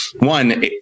one